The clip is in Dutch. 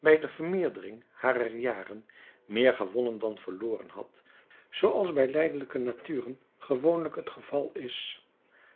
de vermeerdering harer jaren meer gewonnen dan verloren had zooals bij lijdelijke naturen gewoonlijk het geval is